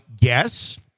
guess